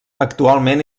actualment